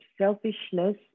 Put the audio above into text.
selfishness